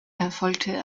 erfolgte